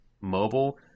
mobile